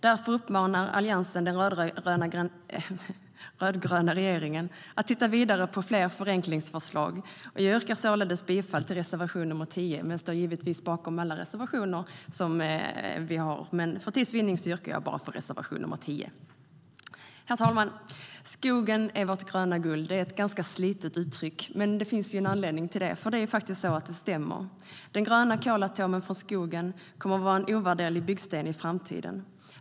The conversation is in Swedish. Därför uppmanar Alliansen den rödgröna regeringen att titta vidare på fler förenklingsförslag. Herr talman! Att skogen är vårt gröna guld är ett ganska slitet uttryck. Men det finns en anledning till det, för det stämmer faktiskt. Den gröna kolatomen från skogen kommer att vara en ovärderlig byggsten i framtiden.